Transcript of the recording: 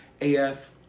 A-F